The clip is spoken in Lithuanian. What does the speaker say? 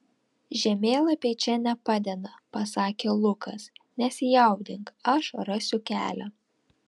žemėlapiai čia nepadeda pasakė lukas nesijaudink aš rasiu kelią